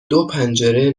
دوپنجره